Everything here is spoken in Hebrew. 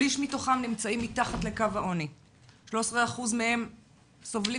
שליש מתוכם נמצאים מתחת לקו העוני; 13% מהם סובלים